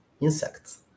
insects